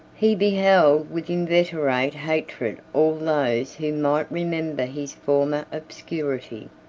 he beheld with inveterate hatred all those who might remember his former obscurity,